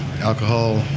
Alcohol